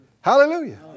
Hallelujah